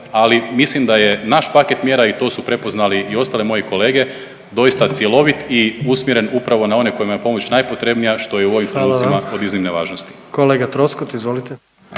ali mislim da je naš paket mjera i to su prepoznali i ostali moji kolege, doista cjelovit i usmjeren upravo na one kojima je pomoć najpotrebnija, što je u ovim trenutcima od iznimne važnosti. **Jandroković,